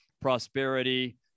prosperity